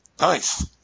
Nice